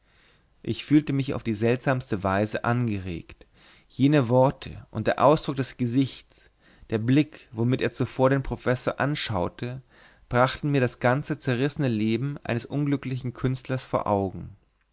ich fühlte mich auf die seltsamste weise angeregt jene worte und der ausdruck des gesichts der blick womit er zuvor den professor anschaute brachten mir das ganze zerrissene leben eines unglücklichen künstlers vor augen